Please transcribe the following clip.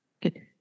Good